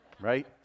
Right